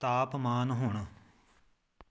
ਤਾਪਮਾਨ ਹੁਣ